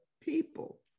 people